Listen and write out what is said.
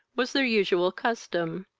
was their usual custom,